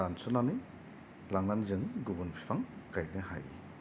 दानस'नानै लांनानै जों गुबुन बिफां गायनो हायो